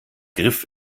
griff